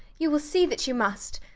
you will see that you must.